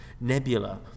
Nebula